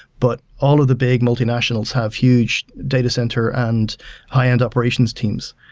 but all of the big multinationals have huge data center and high-end operations teams.